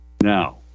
Now